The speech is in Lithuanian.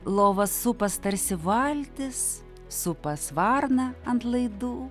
lova supas tarsi valtis supas varna ant laidų